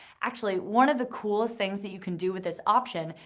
actually, one of the coolest things that you can do with this option,